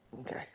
okay